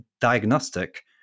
diagnostic